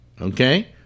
okay